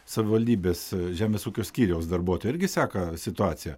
savivaldybės žemės ūkio skyriaus darbuotojai irgi seka situaciją